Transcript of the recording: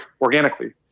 organically